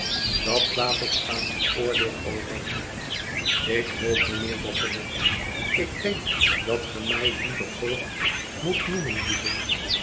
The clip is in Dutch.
dat laat ik aan uw oordeel over ik hoop mijnheer begon ik ik denk dat ge mij liever voogd moest noemen lieve